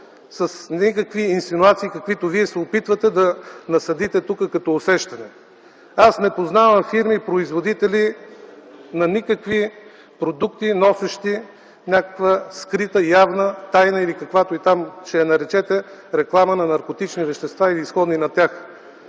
с никакви инсинуации, каквито вие се опитвате да насадите тук като усещане. Аз не познавам фирми производители на никакви продукти, носещи някаква скрита, явна, тайна или каквато и там ще я наречете реклама на наркотични вещества или сходни на тях